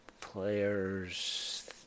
players